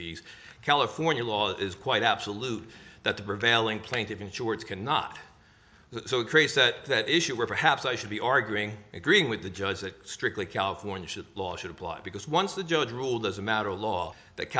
fees california law is quite absolute that the prevailing plaintiffs in shorts cannot so it creates that issue or perhaps i should be arguing agreeing with the judge that strictly california law should apply because once the judge ruled as a matter of law that